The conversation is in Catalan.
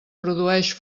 produeix